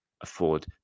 afford